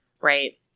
Right